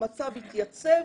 המצב יתייצב,